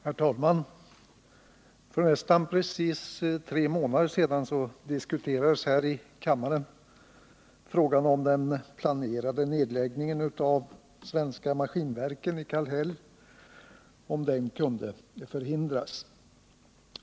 Herr talman! För nästan precis tre månader sedan diskuterades här i kammaren frågan om huruvida den planerade nedläggningen av AB Svenska Maskinverken i Kallhäll kunde förhindras.